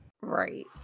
right